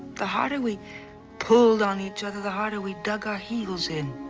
the harder we pulled on each other, the harder we dug our heels in.